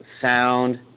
sound